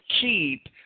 keep